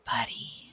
Buddy